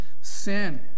sin